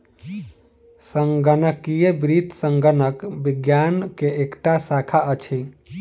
संगणकीय वित्त संगणक विज्ञान के एकटा शाखा अछि